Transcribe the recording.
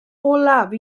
olaf